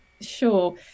sure